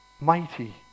mighty